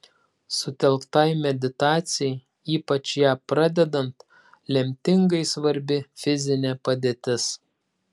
sutelktai meditacijai ypač ją pradedant lemtingai svarbi fizinė padėtis